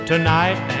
Tonight